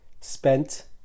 spent